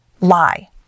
lie